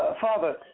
Father